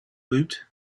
woot